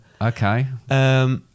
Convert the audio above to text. Okay